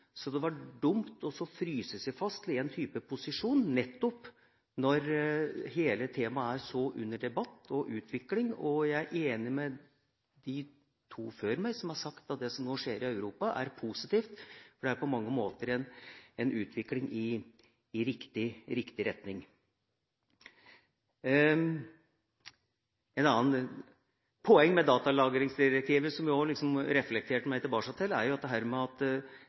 så dynamisk situasjon at det var dumt å fryse seg fast til én posisjon nettopp når hele temaet er så under debatt og utvikling. Jeg er enig med de to talerne før meg som sa at det som nå skjer i Europa, er positivt, for det er på mange måter en utvikling i riktig retning. Et annet poeng med datalagringsdirektivet som jeg har reflektert meg tilbake til, er dette med at det